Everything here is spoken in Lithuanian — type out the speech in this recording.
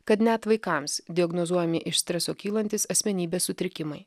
kad net vaikams diagnozuojami iš streso kylantys asmenybės sutrikimai